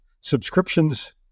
Subscriptions